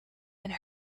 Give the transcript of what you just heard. and